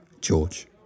George